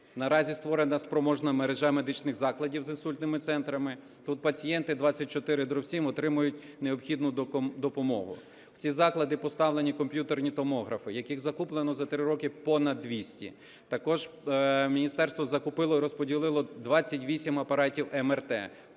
Наразі створена спроможна мережа медичних закладів з інсультними центрами, тут пацієнти 24/7 отримують необхідну допомогу. В ці заклади поставлені комп'ютерні томографи, яких закуплено за 3 роки понад 200. Також міністерство закупило і розподілило 28 апаратів МРТ,